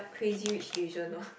Crazy-Rich-Asian lor